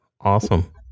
Awesome